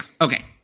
okay